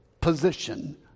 position